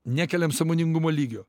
nekeliam sąmoningumo lygio